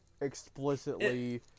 explicitly